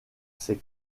ses